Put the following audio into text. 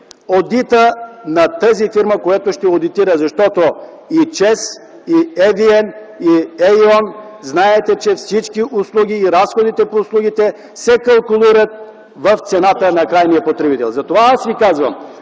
одита на тази фирма, която ще одитира. Защото и ЧЕЗ, и ЕВН, и Е.ОN знаете, че всички услуги и разходите по услугите се калкулират в цената на крайния потребител. Затова аз ви казвам